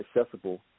accessible